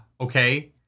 okay